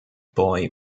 boy